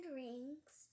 rings